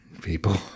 People